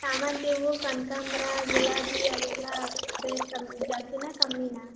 ಶ್ಯಾಮಂತಿ ಹೂವು ಕನಕಾಂಬರ ಗುಲಾಬಿ ಅವೆಲ್ಲ ರೇಟ್ ಕಮ್ಮಿ ಜಾಸ್ತಿನಾ ಕಮ್ಮಿನಾ